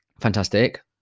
Fantastic